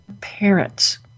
parents